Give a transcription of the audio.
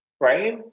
right